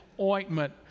ointment